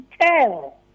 tell